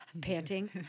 panting